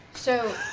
so